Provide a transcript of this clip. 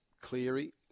Cleary